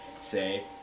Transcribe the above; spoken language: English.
say